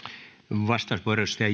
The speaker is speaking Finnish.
arvoisa